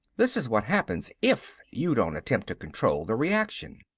this is what happens if you don't attempt to control the reaction.